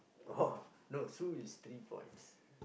oh no Sue is three points